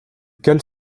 cale